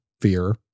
fear